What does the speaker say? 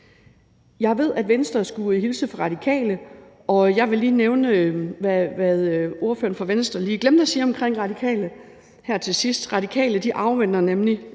Jeg ved, at Venstre skulle hilse fra Radikale. Og jeg vil her til sidst lige nævne, hvad ordføreren for Venstre lige glemte at sige fra Radikale, nemlig at Radikale afventer L